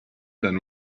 than